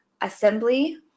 assembly